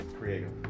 creative